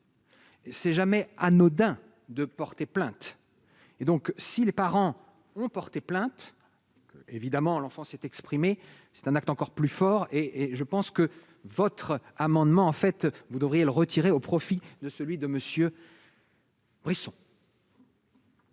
s'est jamais anodin de porter plainte et donc si les parents ont porté plainte, évidemment, l'enfant s'est exprimé, c'est un acte encore plus fort et et je pense que votre amendement, en fait, vous devriez retirer au profit de celui de monsieur.